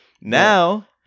Now